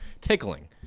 Tickling